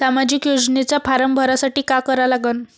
सामाजिक योजनेचा फारम भरासाठी का करा लागन?